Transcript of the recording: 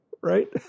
right